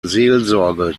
seelsorge